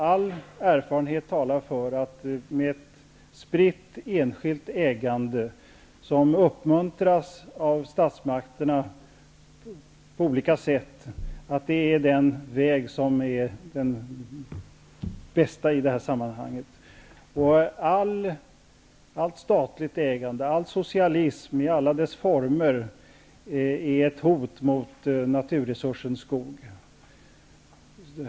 All erfarenhet talar för att ett spritt enskilt ägande, som uppmuntras av statsmakterna på olika sätt, är den väg som är den bästa i sammanhanget. Allt statligt ägande, all socialism i alla dess former, är ett hot mot naturresursen skog.